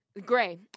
gray